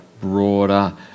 broader